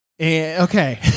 Okay